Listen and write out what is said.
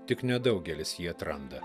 tik nedaugelis jį atranda